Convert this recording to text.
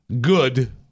good